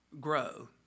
grow